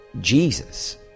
Jesus